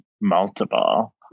multiple